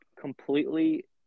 completely